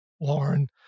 Lauren